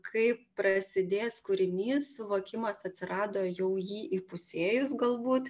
kaip prasidės kūrinys suvokimas atsirado jau jį įpusėjus galbūt